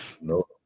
No